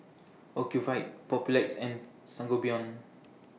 Ocuvite Papulex and Sangobion